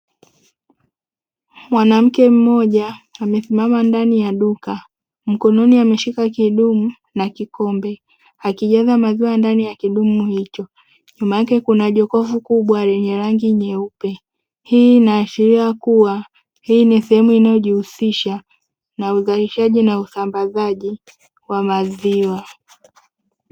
Mwanamke mmoja amesimama ndani ya duka mkononi ameshika kidimu na kikombe, akijaza maziwa ndani ya kidumu hicho. Nyuma yake kuna jokofu lenye rangi nyeupe. Hii inaashiria kuwa hii ni sehemu inayojihusisha na uzalishaji na usambazaji wa maziwa.